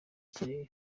ikirere